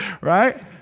right